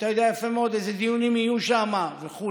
אתה יודע יפה מאוד איזה דיונים יהיו שם וכו'.